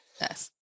yes